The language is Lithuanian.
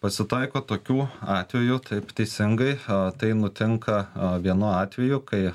pasitaiko tokių atvejų taip teisingai tai nutinka vienu atveju kai